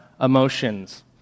emotions